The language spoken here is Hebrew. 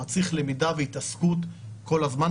מצריך למידה והתעסקות כל הזמן.